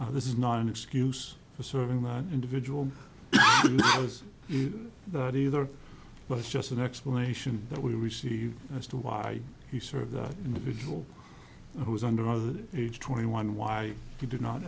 this is not an excuse for serving that individual was either but it's just an explanation that we received as to why he served that individual who was under the age twenty one why he did not